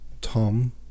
Tom